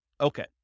Okay